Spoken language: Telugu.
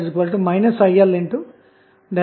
కాబట్టి మీరు ఏమి చేస్తారు